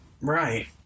Right